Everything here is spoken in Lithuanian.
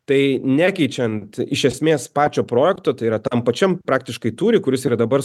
tai nekeičiant iš esmės pačio projekto tai yra tam pačiam praktiškai tūriui kuris yra dabar